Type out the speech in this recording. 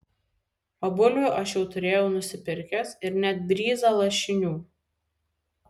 o bulvių aš jau turėjau nusipirkęs ir net bryzą lašinių